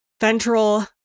ventral